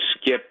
skip